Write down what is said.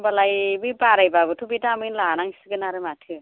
होमबालाय बे बारायबाबोथ' बे दामैनो लानांसिगोन आरो माथो